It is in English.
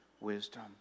wisdom